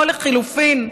או לחלופין,